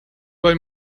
buy